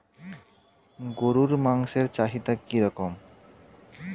গরুর মাংসের চাহিদা কি রকম?